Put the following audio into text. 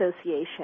Association